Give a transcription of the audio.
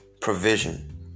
provision